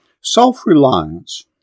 Self-Reliance